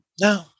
No